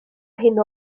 hyn